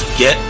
get